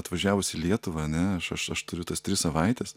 atvažiavus į lietuvą ane aš aš aš turiu tas tris savaites